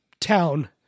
town